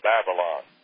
Babylon